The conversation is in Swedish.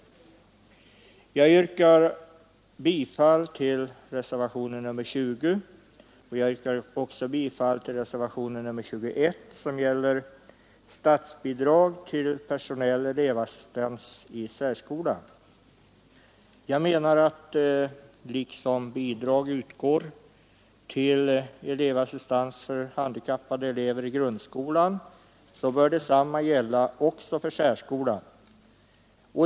Jag yrkar bifall till reservationen 20. Jag yrkar också bifall till reservationen 21, som gäller statsbidrag till personell elevassistans i särskola. Bidrag utgår till elevassistans åt handikappade elever i grundskolan, och detsamma bör gälla också för särskola.